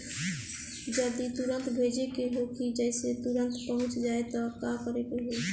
जदि तुरन्त भेजे के होखे जैसे तुरंत पहुँच जाए त का करे के होई?